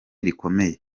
rikomeye